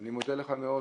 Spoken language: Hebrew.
אני מודה לך מאוד